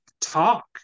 talk